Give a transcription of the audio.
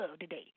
today